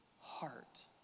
heart